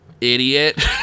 idiot